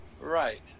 Right